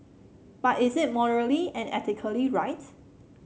but is it morally and ethically right